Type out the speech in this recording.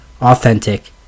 authentic